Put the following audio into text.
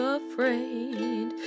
afraid